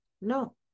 no